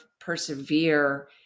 persevere